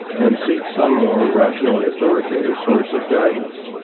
and seek some more rationally authoritative source of guidance.